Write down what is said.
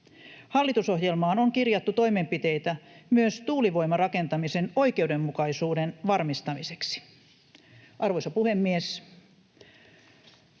Hallitusohjelmaan on kirjattu toimenpiteitä myös tuulivoimarakentamisen oikeudenmukaisuuden varmistamiseksi. Arvoisa puhemies!